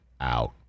out